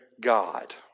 God